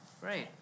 Great